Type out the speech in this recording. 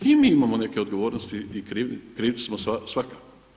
I mi imamo neke odgovornosti i krivci samo svakako.